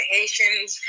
Haitians